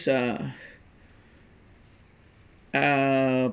uh